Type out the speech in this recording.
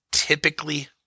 typically